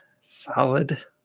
Solid